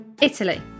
Italy